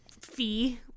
fee